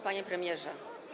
Panie Premierze!